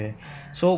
(uh huh)